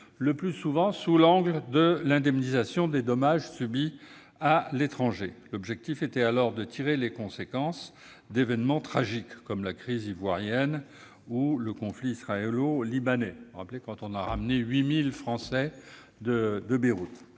le plus souvent sous l'angle de l'indemnisation des dommages subis à l'étranger. L'objectif était alors de tirer les conséquences d'événements tragiques, comme la crise ivoirienne ou le conflit israélo-libanais. Je rappelle ainsi que le rapatriement de 8 000 Français de Beyrouth